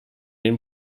den